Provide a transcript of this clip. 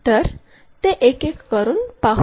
तर ते एक एक करून पाहू